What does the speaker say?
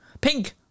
Pink